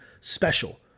special